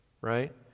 right